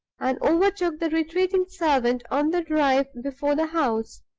and overtook the retreating servant on the drive before the house.